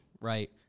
right